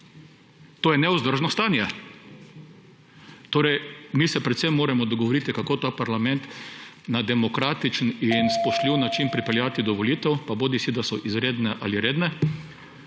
to je nevzdržno stanje. Mi se predvsem moramo dogovoriti, kako ta parlament na demokratičen in spoštljiv način pripeljati do volitev, pa bodisi da so izredne ali redne.